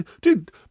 dude